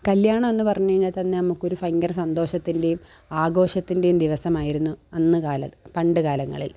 കല്യാണമെന്ന് പറഞ്ഞ് കഴിഞ്ഞാൽ തന്നെ നമുക്കൊരു ഭയങ്കര സന്തോഷത്തിൻറ്റെം ആഘോഷത്തിൻറ്റെം ദിവസമായിരുന്നു അന്ന് കാലത്ത് പണ്ട് കാലങ്ങളിൽ